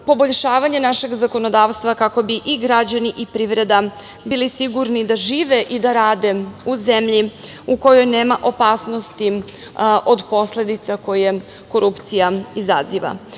poboljšavanje našeg zakonodavstva kako bi i građani i privreda bili sigurni da žive i da rade u zemlji u kojoj nema opasnosti od posledica koje korupcija izaziva. Želim